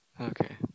Okay